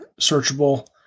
searchable